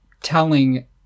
telling